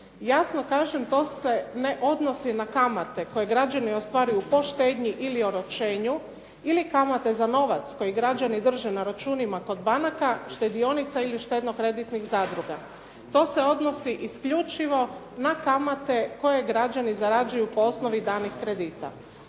Jasno, kažem, to se ne odnosi na kamate koje građani ostvaruju po štednji ili oročenju ili kamate za novac koji građani drže na računima kod banaka, štedionica ili štedno-kreditnih zadruga. To se odnosi isključivo na kamate koje građani zarađuju po osnovi danih kredita.